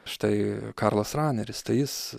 štai karlas raneris tai jis